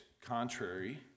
contrary